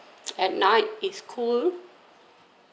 at night it's cool